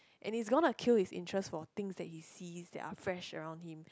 and it's gonna kill his interest for things that he sees that are fresh around him